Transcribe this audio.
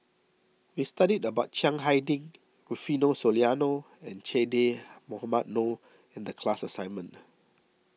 we studied about Chiang Hai Ding Rufino Soliano and Che Dah Mohamed Noor in the class assignment